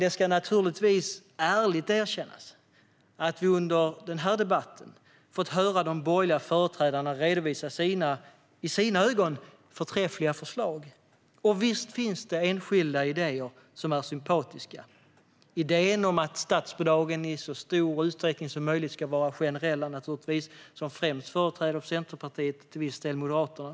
Det ska ärligt erkännas att vi under den här debatten fått höra de borgerliga företrädarna redovisa i sina ögon förträffliga förslag. Visst finns det enskilda idéer som är sympatiska. Det gäller idén att statsbidragen i så stor utsträckning som möjligt ska vara generella. Det är något som främst företräds av Centerpartiet och till viss del av Moderaterna.